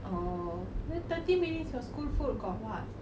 orh then thirty minutes your school food got what